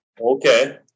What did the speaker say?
Okay